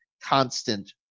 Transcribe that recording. constant